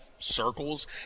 circles